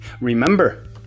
Remember